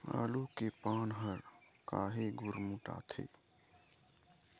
आलू के पान हर काहे गुरमुटाथे?